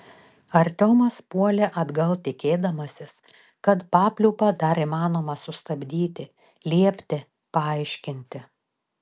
artiomas puolė atgal tikėdamasis kad papliūpą dar įmanoma sustabdyti liepti paaiškinti